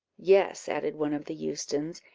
yes, added one of the eustons,